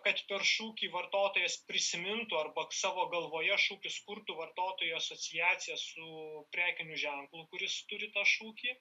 kad per šūkį vartotojas prisimintų arba savo galvoje šūkis kurtų vartotojų asociaciją su prekiniu ženklu kuris turi tą šūkį